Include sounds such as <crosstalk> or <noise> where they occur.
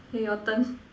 K your turn <noise>